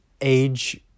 age